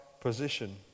position